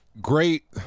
Great